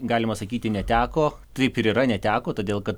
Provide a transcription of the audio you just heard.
galima sakyti neteko taip ir yra neteko todėl kad